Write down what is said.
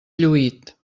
lluït